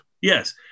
Yes